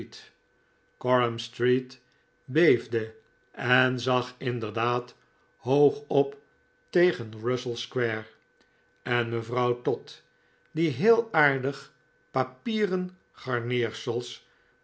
en zag inderdaad hoog op tegen russell square en mevrouw todd die heel aardig papieren garneersels